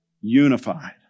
Unified